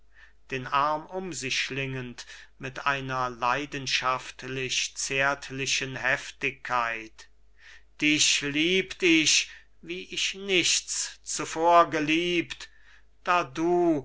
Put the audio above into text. den arm um sie schlingend mit einer leidenschaftlich zärtlichen heftigkeit dich liebt ich wie ich nichts zuvor geliebt da du